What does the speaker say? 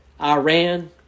Iran